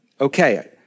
Okay